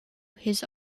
his